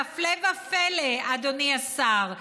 והפלא ופלא, אדוני השר,